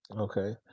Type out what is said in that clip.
Okay